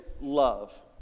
love